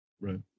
Right